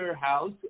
house